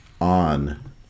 on